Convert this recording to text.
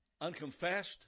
unconfessed